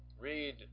Read